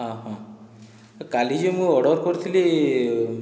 ହଁ ହଁ କାଲି ଯେନ୍ ମୁଇଁ ଅର୍ଡ଼ର କରିଥିଲି